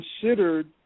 considered